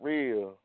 Real